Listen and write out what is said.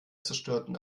zerstörten